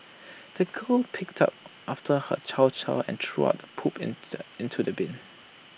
the girl picked up after her chow chow and threw the poop in into the bin